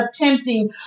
attempting